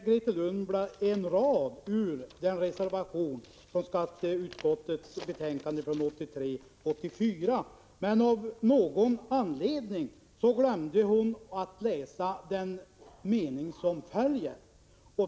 Grethe Lundblad läste en rad ur reservation 3 till skatteutskottets betänkande 1983/84:47, men av någon anledning läste hon inte den mening som följde.